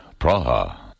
Praha